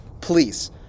please